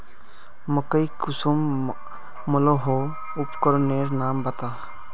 मकई कुंसम मलोहो उपकरनेर नाम बता?